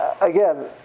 Again